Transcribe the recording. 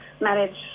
manage